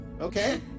Okay